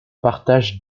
partage